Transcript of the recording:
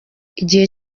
igihe